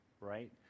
right